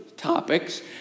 topics